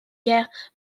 guerre